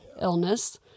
illness